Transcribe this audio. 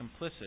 complicit